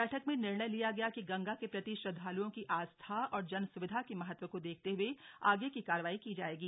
बैठक में निर्णय लिया गया कि गंगा के प्रति श्रद्धाल्ओं की आस्था और जनस्विधा के महत्व को देखते हए आगे की कार्रवाई की जायेगी